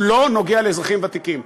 הוא לא נוגע לאזרחים ותיקים.